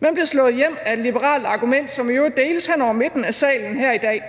Man bliver slået hjem af et liberalt argument, som i øvrigt deles hen over midten af salen her i dag.